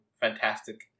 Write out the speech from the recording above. fantastic